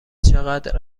چقدر